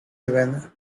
even